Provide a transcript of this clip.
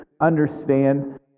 understand